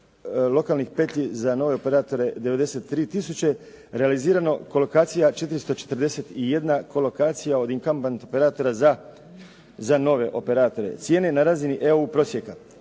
lokalnih petlji za nove operatore 93 tisuće, realizirano kolokacija 441 kolokacija od … /Govornik se ne razumije./ … za nove operatore. Cijene na razini EU prosjeka.